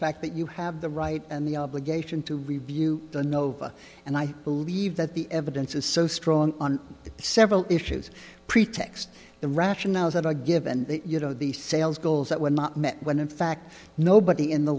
fact that you have the right and the obligation to review the nova and i believe that the evidence is so strong on several issues pretext the rationale is that a given you know the sales goals that were not met when in fact nobody in the